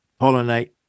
pollinate